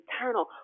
eternal